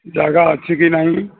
ଜାଗା ଅଛି କି ନାହିଁ